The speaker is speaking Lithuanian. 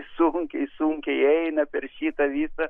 sunkiai sunkiai eina per šitą visą